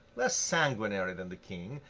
less sanguinary than the king,